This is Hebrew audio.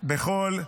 בכל דרך.